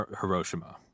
Hiroshima